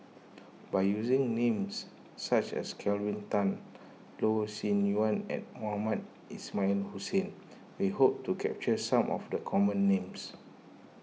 by using names such as Kelvin Tan Loh Sin Yun and Mohamed Ismail Hussain we hope to capture some of the common names